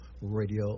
radio